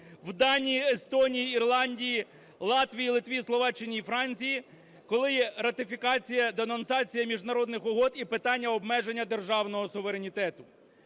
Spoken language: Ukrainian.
В Данії, Естонії, Ірландії, Латвії, Литві, Словаччині і Франції – коли ратифікація, денонсація міжнародних угод і питання обмеження державного суверенітету.